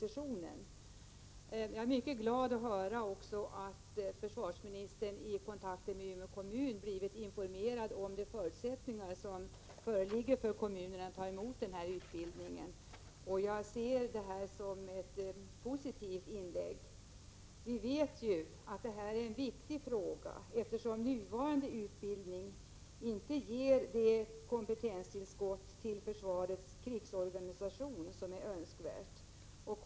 Det gläder mig mycket att höra att försvarsministern i sina kontakter med Umeå kommun blivit informerad om de förutsättningar som föreligger för kommunen att ta emot denna utbildning. Jag betraktar hans senaste inlägg som positivt. Den här frågan är viktig, eftersom nuvarande utbildning inte ger det kompetenstillskott till försvarets krigsorganisation som är önskvärt.